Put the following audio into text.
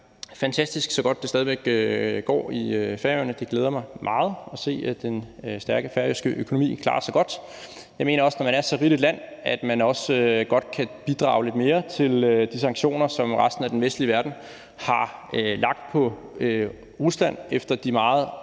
fantastisk, så godt det stadig væk går på Færøerne, og det glæder mig meget at se, at den stærke færøske økonomi klarer sig godt. Jeg mener også, at man, når man er så rigt et land, også godt kan bidrage lidt mere til de sanktioner, som resten af den vestlige verden har lagt på Rusland efter det meget